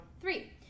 Three